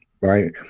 right